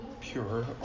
Pure